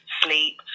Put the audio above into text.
sleep